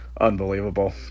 unbelievable